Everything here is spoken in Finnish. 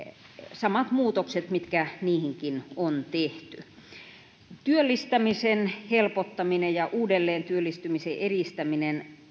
samat muutokset mitkä niihinkin on tehty työllistämisen helpottaminen ja uudelleentyöllistymisen edistäminen